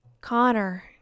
Connor